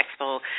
Expo